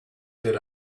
did